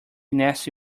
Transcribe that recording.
nasty